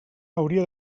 hauria